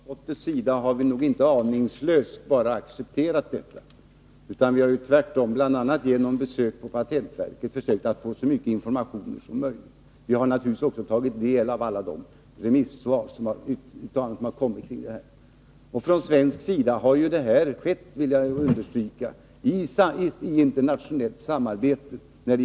Herr talman! Vad gäller det senast anförda vill jag framhålla att vi från lagutskottets sida inte bara aningslöst har accepterat förslaget, utan vi har tvärtom — bl.a. genom besök på patentverket — försökt få så mycket information som möjligt. Vi har naturligtvis också tagit del av alla remissvar som inkommit i ärendet. Jag vill understryka att arbetet från svensk sida i den här frågan har skett i internationellt samarbete.